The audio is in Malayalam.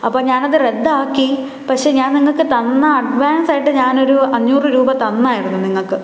അപ്പോൾ ഞാനത് റദ്ദാക്കി പക്ഷെ ഞാൻ നിങ്ങൾക്ക് തന്ന അഡ്വാൻസായിട്ട് ഞാനൊരു അഞ്ഞൂറ് രൂപ തന്നായിരുന്നു നിങ്ങൾക്ക്